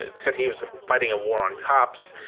ah said he was fighting a war on cops,